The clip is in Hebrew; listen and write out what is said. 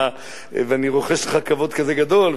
ואני רוחש לך כבוד כזה גדול,